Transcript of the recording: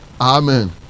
Amen